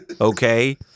okay